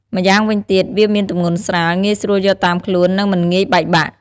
ម្យ៉ាងវិញទៀត វាមានទម្ងន់ស្រាល ងាយស្រួលយកតាមខ្លួន និងមិនងាយបែកបាក់។